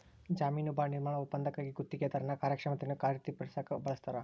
ಜಾಮೇನು ಬಾಂಡ್ ನಿರ್ಮಾಣ ಒಪ್ಪಂದಕ್ಕಾಗಿ ಗುತ್ತಿಗೆದಾರನ ಕಾರ್ಯಕ್ಷಮತೆಯನ್ನ ಖಾತರಿಪಡಸಕ ಬಳಸ್ತಾರ